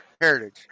heritage